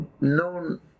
known